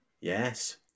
Yes